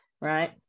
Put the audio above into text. right